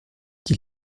die